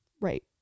Right